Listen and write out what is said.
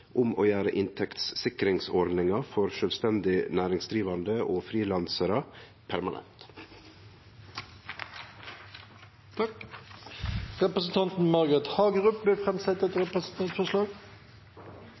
om å gjere inntektssikringsordninga for sjølvstendig næringsdrivande og frilansarar permanent. Representanten Margret Hagerup vil